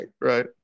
Right